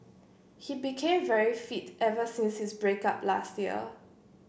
he became very fit ever since his break up last year